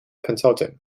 consultant